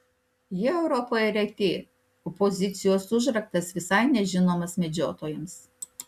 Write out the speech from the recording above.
jie europoje reti o pozicijos užraktas visai nežinomas medžiotojams